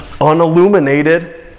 unilluminated